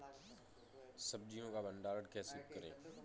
सब्जियों का भंडारण कैसे करें?